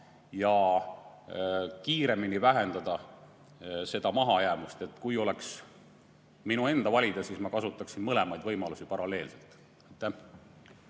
ja kiiremini vähendada mahajäämust. Kui oleks minu enda valida, siis ma kasutaksin mõlemaid võimalusi paralleelselt.